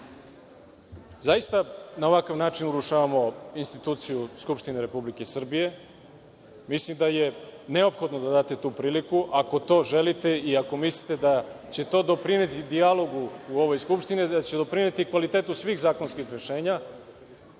zaista na ovakav način urušavamo instituciju Skupštine Republike Srbije. Mislim da je neophodno da date tu priliku, ako to želite i ako mislite da će to doprineti dijalogu u ovoj Skupštini, da će doprineti kvalitetu svih zakonskih rešenja,